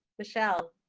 michelle